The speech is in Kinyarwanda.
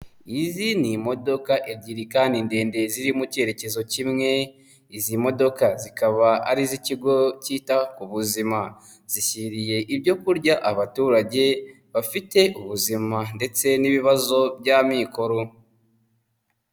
Izi ni imodoka ebyiri kandi ndende ziri mu cyerekezo kimwe, izi modoka zikaba ari iz'ikigo cyita ku buzima. Zishyiriye ibyo kurya abaturage bafite ubuzima ndetse n'ibibazo by'amikoro.